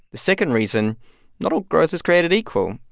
the second reason not all growth is created equal.